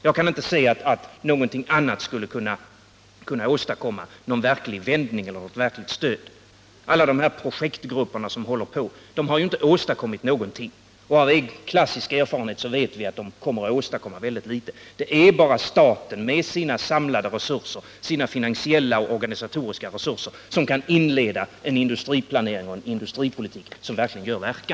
Jag kan inte se att något annat skulle kunna åstadkomma någon vändning eller något verkligt stöd. Ingen av de projektgrupper som arbetar har åstadkommit något sådant, och av klassisk erfarenhet vet vi att de kommer att förmå göra mycket litet. Det är bara staten, med sina samlade finansiella och organisatoriska resurser, som kan inleda en industriplanering och en industripolitik som verkligen har effekt.